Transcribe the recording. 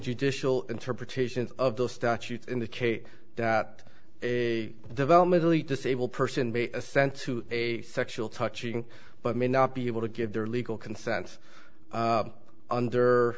judicial interpretations of the statutes indicate that a developmentally disabled person be sent to a sexual touching but may not be able to give their legal consent under under